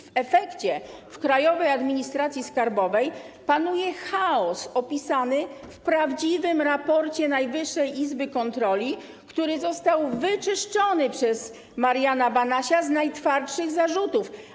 W efekcie w Krajowej Administracji Skarbowej panuje chaos opisany w prawdziwym raporcie Najwyższej Izby Kontroli, który został wyczyszczony przez Mariana Banasia z najtwardszych zarzutów.